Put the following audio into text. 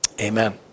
amen